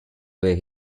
where